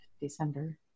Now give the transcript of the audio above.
December